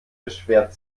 beschwert